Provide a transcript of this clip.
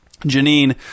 Janine